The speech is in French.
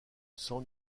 sans